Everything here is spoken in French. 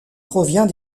provient